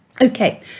Okay